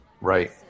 right